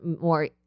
more